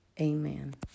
amen